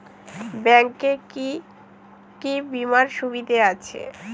Bank এ কি কী বীমার সুবিধা আছে?